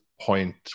point